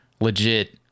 legit